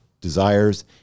desires